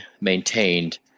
maintained